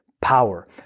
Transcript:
power